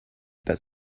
that